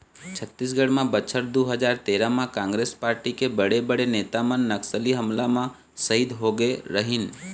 छत्तीसगढ़ म बछर दू हजार तेरा म कांग्रेस पारटी के बड़े बड़े नेता मन नक्सली हमला म सहीद होगे रहिन